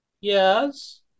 Yes